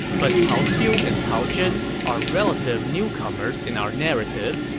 but cao xiu and cao zhen are relative newcomers in our narrative.